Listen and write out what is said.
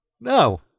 No